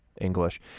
English